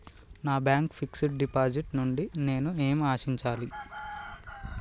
నా bank fixed deposit నుండి నేను ఏమి ఆశించాలి?